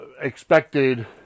expected